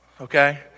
okay